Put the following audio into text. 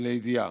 לידיעה,